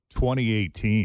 2018